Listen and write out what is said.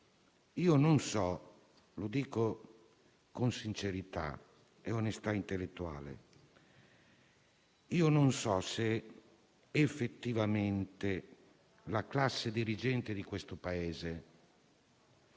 Io non so - lo dico con sincerità e onestà intellettuale - se effettivamente la classe dirigente di questo Paese